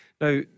now